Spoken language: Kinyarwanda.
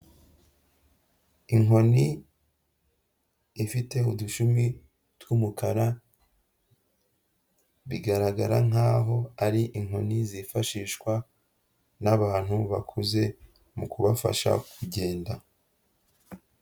Inkoni ifite udushumi tw'umukara, bigaragara nkaho ari inkoni zifashishwa n'abantu bakuze mu kubafasha kugenda.